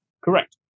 Correct